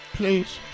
Please